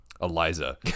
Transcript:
Eliza